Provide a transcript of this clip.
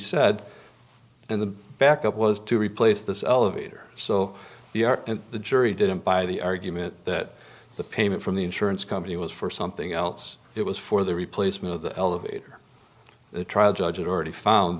said in the back up was to replace the elevator so the r and the jury didn't buy the argument that the payment from the insurance company was for something else it was for the replacement of the elevator